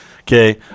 Okay